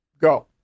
Go